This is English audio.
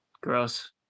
gross